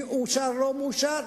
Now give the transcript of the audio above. מאושר או לא מאושר.